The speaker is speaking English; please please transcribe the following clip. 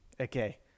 Okay